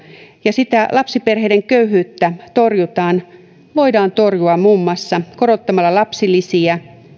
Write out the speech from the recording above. ja lapsiperheiden köyhyyttä voidaan torjua muun muassa korottamalla lapsilisiä